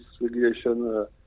regulation